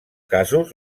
casos